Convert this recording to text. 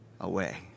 away